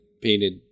painted